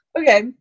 Okay